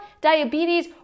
diabetes